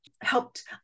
Helped